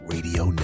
Radio